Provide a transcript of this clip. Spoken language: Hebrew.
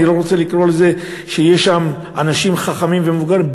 אני לא רוצה לומר שיש שם אנשים חכמים ומבוגרים,